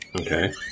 Okay